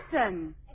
listen